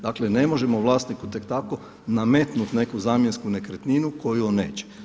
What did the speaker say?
Dakle ne možemo vlasniku tek tako nametnuti neku zamjensku nekretninu koju on neće.